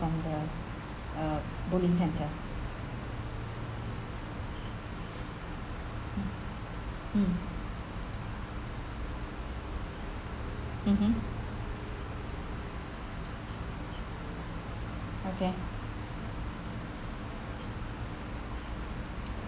from the uh bowling centre hmm mmhmm okay